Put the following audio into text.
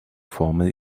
formal